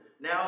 Now